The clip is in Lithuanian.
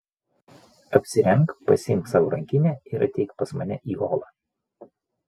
apsirenk pasiimk savo rankinę ir ateik pas mane į holą